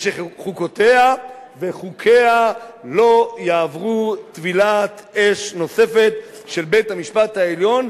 ושחוקותיה וחוקיה לא יעברו טבילת אש נוספת של בית-המשפט העליון,